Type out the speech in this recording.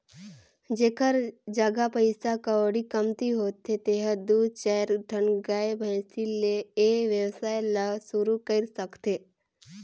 जेखर जघा पइसा कउड़ी कमती होथे तेहर दू चायर ठन गाय, भइसी ले ए वेवसाय ल सुरु कईर सकथे